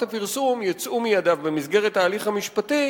הפרסום יצאו מידיו במסגרת ההליך המשפטי